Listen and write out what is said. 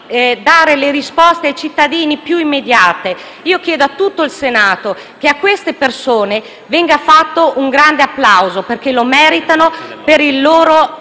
le risposte più immediate. Io chiedo a tutto il Senato che a queste persone venga fatto un grande applauso, perché lo meritano, per il loro